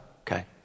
Okay